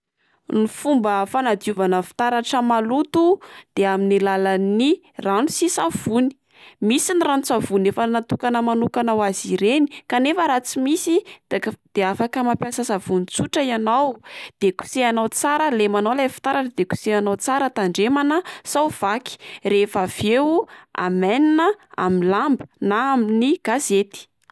Ny fomba fanadiovana fitaratra maloto de amin'ny alalan'ny rano sy savony. Misy ny ranon-tsavony efa natokana manoka ho azy ireny kanefa raha tsy misy de- de afaka mampiasa savony tsotra ianao de kosehanao tsara lemanao ilay fitaratra de kosehanao tsara tandremana sao vaky, rehefa aveo amainina amin'ny lamba na amin'ny gazety.